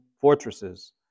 fortresses